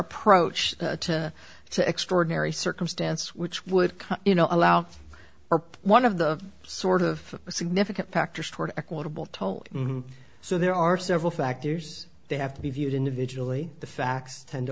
approach to the extraordinary circumstance which would come you know allow or one of the sort of significant factors toward equitable toll so there are several factors they have to be viewed individually the facts tend to